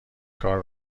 کار